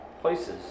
places